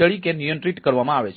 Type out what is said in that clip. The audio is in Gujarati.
તરીકે નિયંત્રિત કરવામાં આવે છે